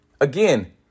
Again